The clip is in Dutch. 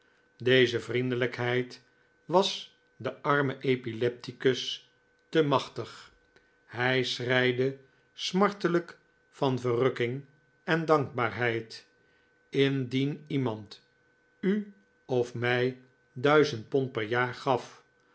deze vriendelijkheid was den armen epilepticus te machtig hij schreide smartelijk van verrukking en dankbaarheid indien iemand u of mij duizend pond per jaar gaf